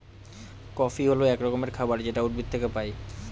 coffee হল এক রকমের খাবার যেটা উদ্ভিদ থেকে পায়